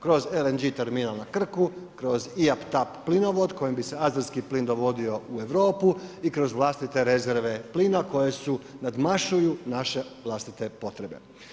Kroz LNG terminal na Krku, kroz ... plinovod kojim bi se azijski plin dovodio u Europu i kroz vlastite rezerve plina koje su nadmašuju naše vlastite potrebe.